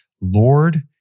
Lord